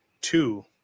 two